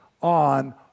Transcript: on